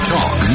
Talk